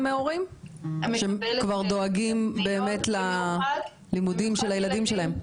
מהורים שדואגים ללימודים של הילדים שלהם?